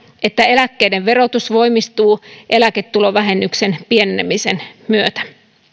että eläkkeiden verotus voimistuu eläketulovähennyksen pienenemisen myötä